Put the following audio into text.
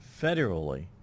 federally